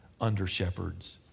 under-shepherds